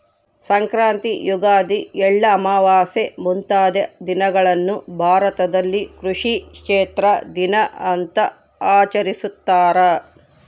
ಸಂಕ್ರಾಂತಿ ಯುಗಾದಿ ಎಳ್ಳಮಾವಾಸೆ ಮುಂತಾದ ದಿನಗಳನ್ನು ಭಾರತದಲ್ಲಿ ಕೃಷಿ ಕ್ಷೇತ್ರ ದಿನ ಅಂತ ಆಚರಿಸ್ತಾರ